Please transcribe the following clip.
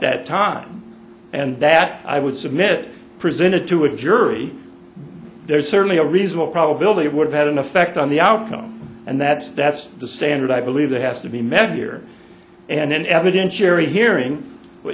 that time and that i would submit presented to a jury there's certainly a reasonable probability of what had an effect on the outcome and that's that's the standard i believe that has to be met year and then evidentiary hearing wh